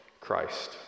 Christ